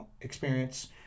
experience